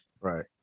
Right